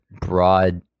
broad